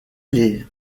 les